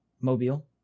Mobile